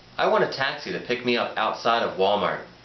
i want a taxii to pick me up outside of wal-mart.